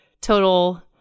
total